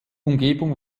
umgebung